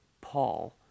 Paul